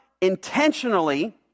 intentionally